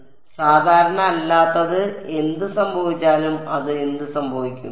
അതിനാൽ സാധാരണ അല്ലാത്തത് എന്ത് സംഭവിച്ചാലും അതിന് എന്ത് സംഭവിക്കും